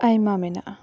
ᱟᱭᱢᱟ ᱢᱮᱱᱟᱜᱼᱟ